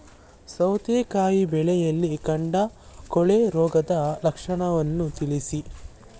ಸೌತೆಕಾಯಿ ಬೆಳೆಯಲ್ಲಿ ಕಾಂಡ ಕೊಳೆ ರೋಗದ ಲಕ್ಷಣವನ್ನು ತಿಳಿಸಿ?